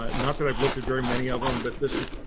um not that i've looked at very many of them, but this is